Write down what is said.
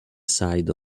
side